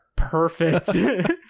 perfect